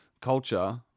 Culture